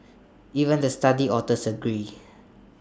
even the study authors agreed